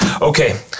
Okay